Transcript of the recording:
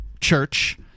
church